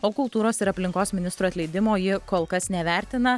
o kultūros ir aplinkos ministro atleidimo ji kol kas nevertina